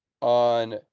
on